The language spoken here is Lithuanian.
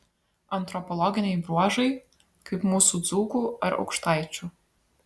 antropologiniai bruožai kaip mūsų dzūkų ar aukštaičių